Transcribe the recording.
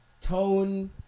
tone